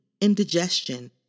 indigestion